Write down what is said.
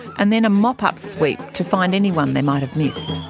and then a mop-up sweep to find anyone they might have missed.